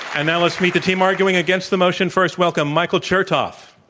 and now let's meet the team arguing against the motion. first, welcome michael chertoff.